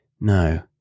No